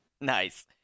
Nice